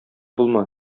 булма